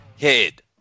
head